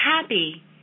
happy